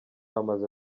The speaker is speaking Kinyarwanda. bamaze